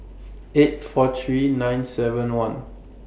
eight four three nine seven one